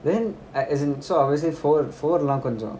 then I as in sort of four four lah கொஞ்சம்:kooncham